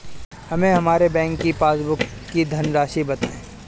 हमें हमारे बैंक की पासबुक की धन राशि बताइए